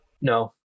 No